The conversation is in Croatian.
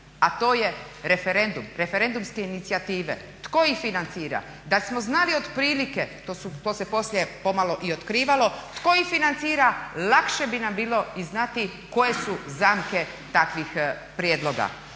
a to je referendum, referendumske inicijative. Tko ih financira? Da smo znali otprilike, to se poslije pomalo i otkrivalo tko ih financira lakše bi nam bilo i znati koje su zamke takvih prijedloga.